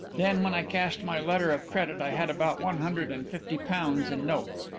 then when i cashed my letter of credit i had about one hundred and fifty pounds in notes.